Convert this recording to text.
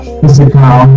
physical